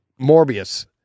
morbius